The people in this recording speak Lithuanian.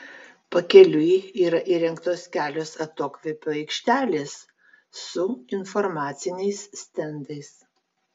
pakeliui yra įrengtos kelios atokvėpio aikštelės su informaciniais stendais